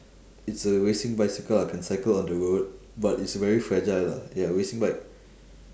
it's a racing bicycle ah can cycle on the road but it's very fragile lah ya racing bike